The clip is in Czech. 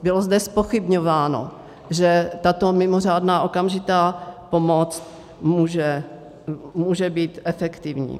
Bylo zde zpochybňováno, že tato mimořádná okamžitá pomoc může být efektivní.